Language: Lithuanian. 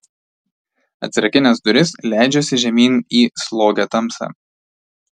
atsirakinęs duris leidžiuosi žemyn į slogią tamsą